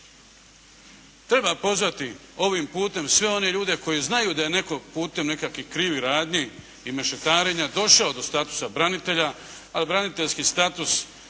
Treba pozvati ovim putem sve one ljude koji znaju da je netko putem nekakvih krivih radnji i mešetarenja došao do statusa branitelja ali braniteljski status